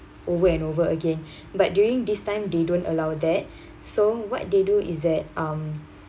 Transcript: over and over again but during this time they don't allow that so what they do is that um